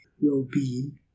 well-being